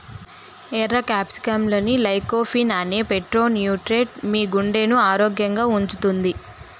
ఎర్ర క్యాప్సికమ్లోని లైకోపీన్ అనే ఫైటోన్యూట్రియెంట్ మీ గుండెను ఆరోగ్యంగా ఉంచుతుంది